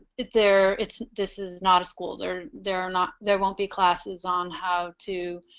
there it's this is not a school there there are not there won't be classes on how to